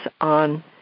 on